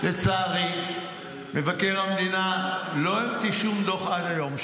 לצערי, מבקר המדינה לא המציא שום דוח עד היום.